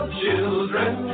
children